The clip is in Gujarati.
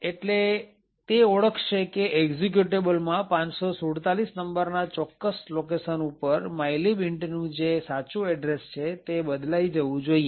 એટલે તે ઓળખશે કે એકઝીક્યુટેબલ માં ૫૪૭ નંબરના ચોક્કસ લોકેશન ઉપર mylib intનું જે સાચું એડ્રેસ છે તે બદલાઈ જવું જોઈએ